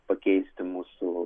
pakeisti mūsų